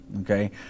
okay